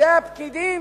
בידי הפקידים.